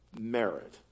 merit